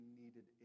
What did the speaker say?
needed